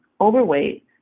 overweight